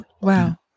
Wow